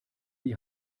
die